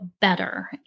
better